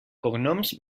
cognoms